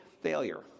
failure